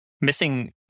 missing